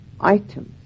items